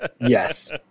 yes